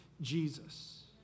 Jesus